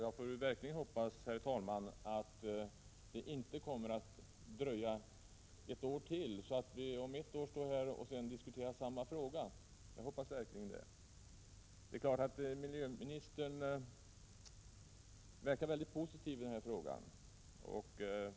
Jag får verkligen hoppas, herr talman, att det inte kommer att dra ut på tiden så, att vi om ett år står här och diskuterar samma fråga igen. Miljöministern verkar onekligen mycket positiv när det gäller denna fråga.